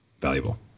valuable